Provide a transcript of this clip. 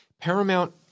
Paramount